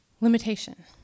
Limitation